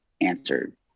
answered